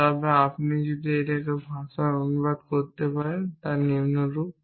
তবে আপনি এটিকে একটি ভাষায় অনুবাদ করতে পারেন নিম্নরূপ